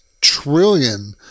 trillion